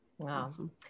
Awesome